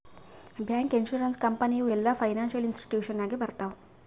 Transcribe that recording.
bank, insurance company ಇವು ಎಲ್ಲಾ financial institution ನಾಗೆ ಬರ್ತಾವ್